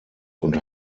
und